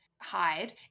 hide